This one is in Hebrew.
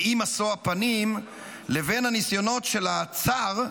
ואי-משוא הפנים, לבין הניסיונות של הצאר,